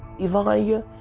yvonnya,